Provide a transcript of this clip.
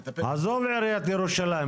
מטפלת --- עזוב את עיריית ירושלים,